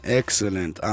excellent